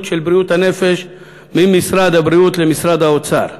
לבריאות הנפש ממשרד הבריאות למשרד האוצר.